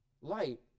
light